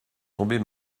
tomber